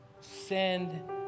Send